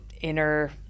inner